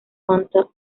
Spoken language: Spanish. fanta